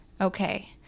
Okay